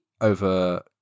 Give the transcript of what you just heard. over